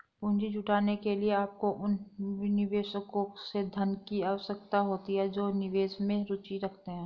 पूंजी जुटाने के लिए, आपको उन निवेशकों से धन की आवश्यकता होती है जो निवेश में रुचि रखते हैं